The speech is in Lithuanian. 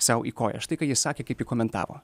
sau į koją štai ką ji sakė kaip ji komentavo